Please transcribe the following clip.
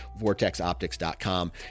vortexoptics.com